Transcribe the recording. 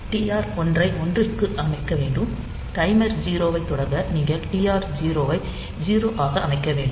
TR 1 ஐ ஒன்றிற்கு அமைக்க வேண்டும் டைமர் 0 ஐத் தொடங்க நீங்கள் டிஆர் 0 ஐ 0 ஆக அமைக்க வேண்டும்